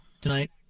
tonight